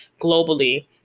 globally